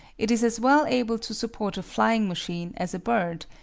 it is as well able to support a flying machine as a bird,